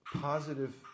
positive